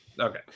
Okay